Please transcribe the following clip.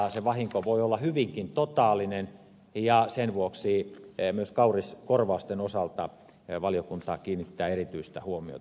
se vahinko voi olla hyvinkin totaalinen ja sen vuoksi myös kauriskorvauksiin valiokunta kiinnittää erityistä huomiota